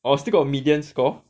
orh still got median score